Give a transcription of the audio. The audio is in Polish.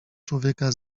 człowieka